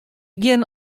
gjin